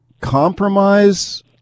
compromise